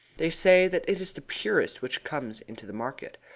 they say that it is the purest which comes into the market.